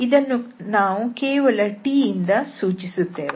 ಇದನ್ನು ನಾವು ಕೇವಲ T ಯಿಂದ ಸೂಚಿಸುತ್ತೇವೆ